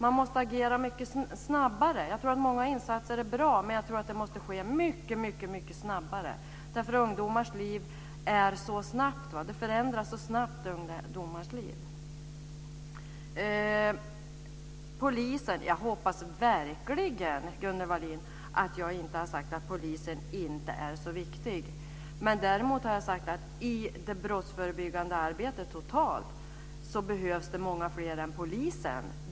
Man måste agera mycket snabbare! Många insatser är bra, men de måste ske mycket snabbare därför att ungdomars liv är så snabbt, och förändras så snabbt. Jag hoppas verkligen att jag inte har sagt att polisen inte är så viktig, Gunnel Wallin! Däremot har jag sagt att det behövs många fler än polisen i det brottsförebyggande arbetet totalt.